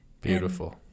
beautiful